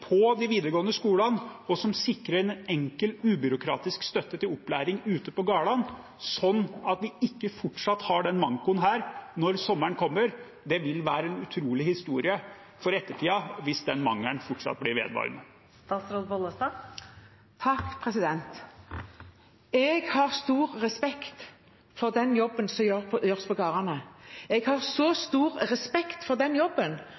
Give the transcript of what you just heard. på de videregående skolene, og som sikrer en enkel og ubyråkratisk støtte til opplæring ute på gårdene, sånn at vi ikke fortsatt har denne mankoen når sommeren kommer. Det vil være en utrolig historie for ettertiden hvis den mangelen fortsatt blir vedvarende. Jeg har stor respekt for den jobben som gjøres på gårdene. Jeg har så stor respekt for den jobben